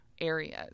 areas